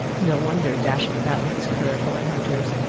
no wonder! dashing about with his curricle and hunters!